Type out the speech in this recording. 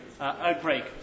outbreak